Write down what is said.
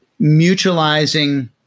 mutualizing